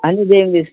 any day English